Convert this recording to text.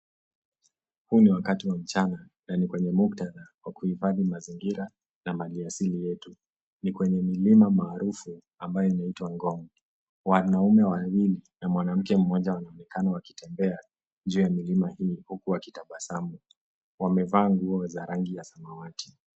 Huu ni wakati wa mchana na ni kwenye mkutadha wa kuhifadhi mazingira na mali asili yetu. Nikwenye milima maalum ambayo inaitwa Ngong. Wanaume wawili na mwanake mmoja wanaonekana wakitembea juu ya milima hii uku wakitabasamu wamevaa nguo za rangi ya samawati.